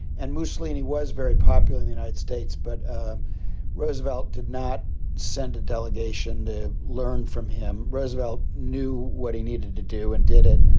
and mussolini was very popular in the united states. but roosevelt did not send a delegation to learn from him. roosevelt knew what he needed to do and did it.